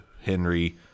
Henry